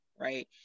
right